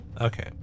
Okay